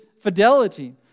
fidelity